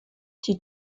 die